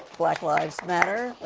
black lives matter.